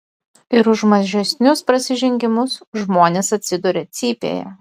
ir už mažesnius prasižengimus žmonės atsiduria cypėje